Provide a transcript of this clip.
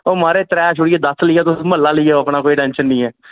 ओह् महाराज त्रै छुड़ियै तुस दस लेई आओ म्हल्ला लेई आओ अपना कोई टेंशन नेईं ऐ